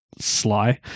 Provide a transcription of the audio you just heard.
sly